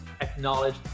Acknowledge